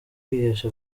kwihesha